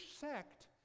sect